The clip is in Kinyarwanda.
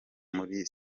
muri